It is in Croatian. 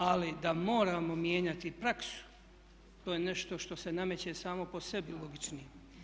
Ali da moramo mijenjati praksu to je nešto što se nameće samo po sebi logičnim.